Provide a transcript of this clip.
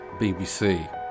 BBC